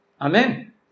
Amen